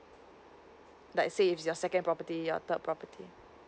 let's say if your second property your third property